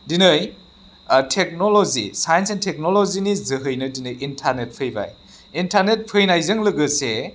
दिनै technology science and टेक्न'ल'जिनि जोहैनो दिनै इन्टारनेट फैबाय इन्टारनेट फैनायजों लोगोसे